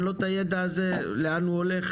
אין לו את הידע של לאן הולך?